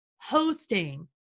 hosting